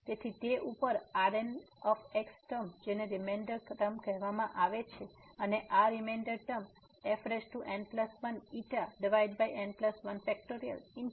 તેથી તે ઉપર આ Rn ટર્મ જેને રીમેંડર ટર્મ કહેવામાં આવે છે અને આ રીમેંડર ટર્મ fn1n1